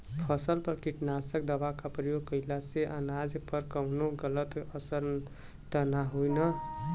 फसल पर कीटनाशक दवा क प्रयोग कइला से अनाज पर कवनो गलत असर त ना होई न?